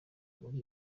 muri